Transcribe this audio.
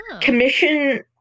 commission